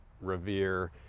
revere